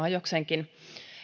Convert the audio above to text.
on jokseenkin